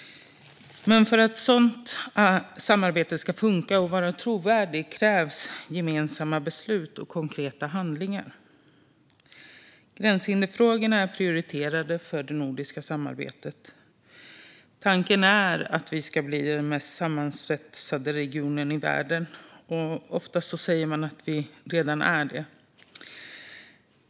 Men för att ett sådant samarbete ska funka och vara trovärdigt krävs gemensamma beslut och konkreta handlingar. Gränshinderfrågorna är prioriterade i det nordiska samarbetet. Tanken är att vi ska bli den mest sammansvetsade regionen i världen - man säger ofta att vi redan är det.